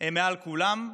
מעל כולם,